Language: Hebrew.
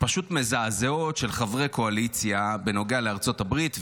פשוט מזעזעות של חברי קואליציה בנוגע לארצות הברית,